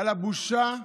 על הבושה אגב,